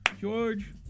George